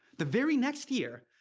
the very next year,